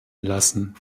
lassen